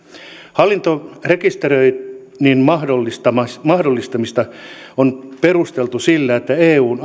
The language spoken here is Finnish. hallintarekisteröinnin mahdollistamista mahdollistamista on perusteltu sillä että eun